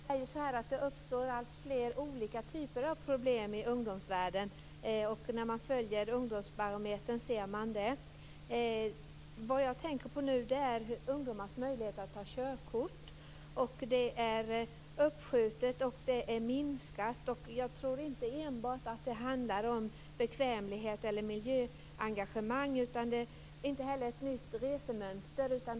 Fru talman! Jag vill ställa en fråga till ungdomsminister Ulrica Messing. Det uppstår alltfler olika typer av problem i ungdomsvärlden. Det ser man när man följer Ungdomsbarometern. Nu tänker jag på ungdomars möjlighet att ta körkort. Det skjuts upp, och antalet minskar. Jag tror inte att det enbart handlar om bekvämlighet eller miljöengagemang och inte heller om ett nytt resemönster.